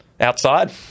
outside